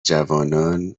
جوانان